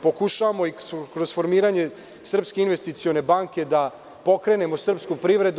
Pokušavamo kroz formiranje srpske investicione banke da pokrenemo srpsku privredu.